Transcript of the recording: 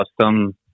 custom